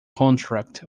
contract